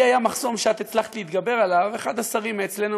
לי היה מחסום שאת הצלחת להתגבר עליו: אחד השרים אצלנו,